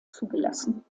zugelassen